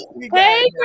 Hey